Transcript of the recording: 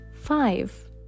Five